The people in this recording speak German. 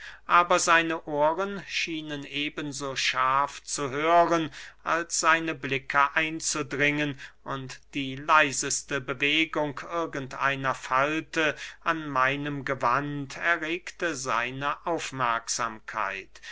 aber seine ohren schienen eben so scharf zu hören als seine blicke einzudringen und die leiseste bewegung irgend einer falte an meinem gewand erregte seine aufmerksamkeit